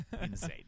Insane